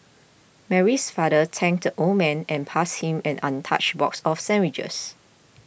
Mary's father thanked the old man and passed him an untouched box of sandwiches